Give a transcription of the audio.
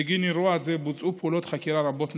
בגין אירוע זה בוצעו פעולות חקירה רבות.